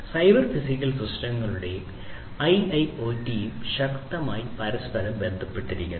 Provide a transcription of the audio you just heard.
cyber physical സിസ്റ്റങ്ങളും ഐഐഒടിയും ശക്തമായി പരസ്പരം ബന്ധപ്പെട്ടിരിക്കുന്നു